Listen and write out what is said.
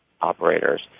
operators